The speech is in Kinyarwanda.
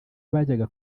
bajyaga